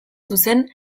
zuzen